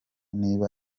niba